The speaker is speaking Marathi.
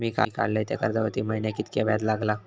मी काडलय त्या कर्जावरती महिन्याक कीतक्या व्याज लागला?